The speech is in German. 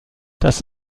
das